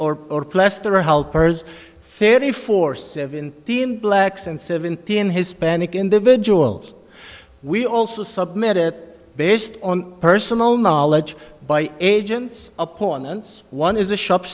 e or plaster helpers fairly for seventeen blacks and seventeen hispanic individuals we also submitted based on personal knowledge by agents opponents one is a shop